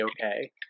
okay